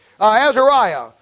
Azariah